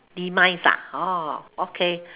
demise ah orh okay